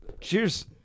Cheers